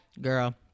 Girl